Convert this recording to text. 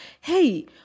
hey